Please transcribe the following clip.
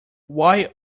why